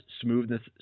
smoothness